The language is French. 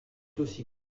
aussi